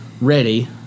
ready